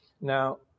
Now